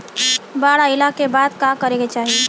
बाढ़ आइला के बाद का करे के चाही?